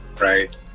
right